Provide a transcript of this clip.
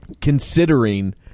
considering